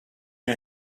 you